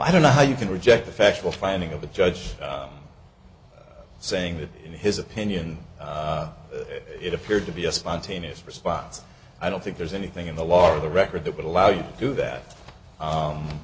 i don't know how you can reject a factual finding of a judge saying that in his opinion it appeared to be a spontaneous response i don't think there's anything in the law or the record that would allow you to do that